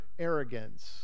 arrogance